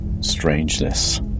strangeness